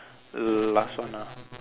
last one ah